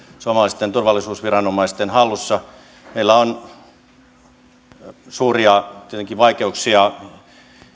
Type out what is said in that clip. suomalaisten turvallisuusviranomaisten hallussa meillä on tietenkin suuria vaikeuksia